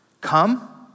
Come